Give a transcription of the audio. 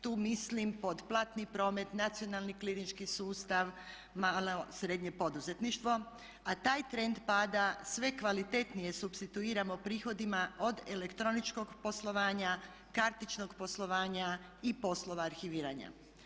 Tu mislim pod platni promet, nacionalni klinički sustav, malo srednje poduzetništvo, a taj trend pada sve kvalitetnije supstituiramo prihodima od elektroničkog poslovanja, kartičnog poslovanja i poslova arhiviranja.